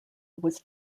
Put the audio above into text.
was